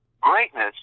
Greatness